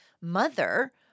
mother